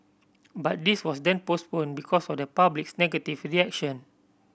but this was then postponed because of the public's negative reaction